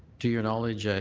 to your knowledge ah